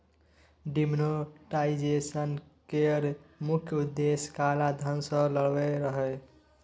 demonetisation केर मुख्य उद्देश्य काला धन सँ लड़ब रहय